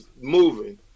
moving